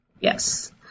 Yes